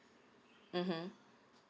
mmhmm